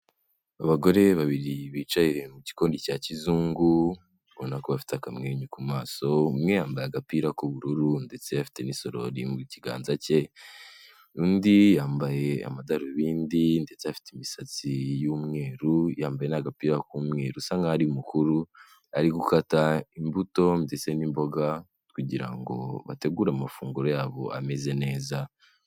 Abagore babiri bicaye mu gikoni cya kizungu, ubona ko bafite akamwenyu ku maso, umwe yambaye agapira k'ubururu ndetse afite n'isorori mu kiganza cye, undi yambaye amadarubindi ndetse afite imisatsi y'umweru yambaye n'agapira k'umweru usa nkaho ari mukuru, ari gukata imbuto ndetse n'imboga, kugira ngo bategure amafunguro yabo ameze neza.